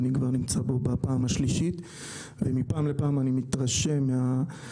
אני נמצא פה כבר פעם שלישית ומפעם לפעם אני מתרשם מהעוצמה